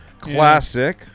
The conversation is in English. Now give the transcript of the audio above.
Classic